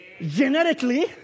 Genetically